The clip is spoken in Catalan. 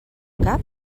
cap